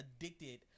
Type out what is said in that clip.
addicted